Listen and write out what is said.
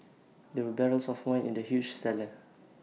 there were barrels of wine in the huge cellar